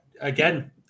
again